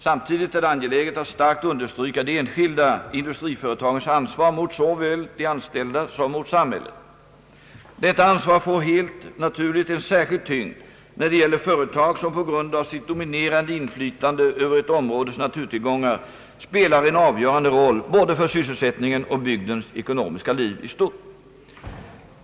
Samtidigt är det angeläget att starkt understryka de enskilda industriföretagens ansvar mot såväl de anställda som mot samhället. Detta ansvar får helt naturligt en särskild tyngd när det gäller företag som på grund av sitt dominerande inflytande över ett områdes naturtillgångar spelar en avgörande roll både för sysselsättningen och bygdens ekonomiska liv i stort.